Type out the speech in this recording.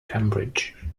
cambridge